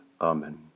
Amen